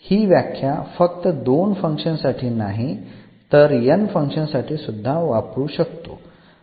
हि व्याख्या फक्त दोन फंक्शन्स साठी नाही तर n फंक्शन्स साठी सुद्धा वापरू शकतो